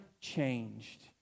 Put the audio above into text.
changed